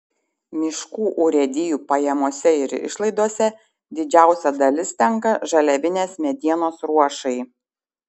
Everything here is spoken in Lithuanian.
miškų urėdijų pajamose ir išlaidose didžiausia dalis tenka žaliavinės medienos ruošai